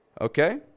Okay